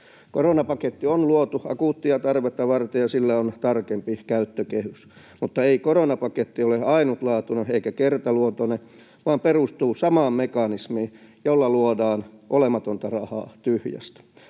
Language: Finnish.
Koronapaketti on luotu akuuttia tarvetta varten, ja sillä on tarkempi käyttökehys, mutta ei koronapaketti ole ainutlaatuinen eikä kertaluontoinen, vaan perustuu samaan mekanismiin, jolla luodaan olematonta rahaa tyhjästä.